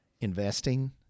investing